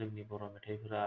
जोंनि बर' मेथायफोरा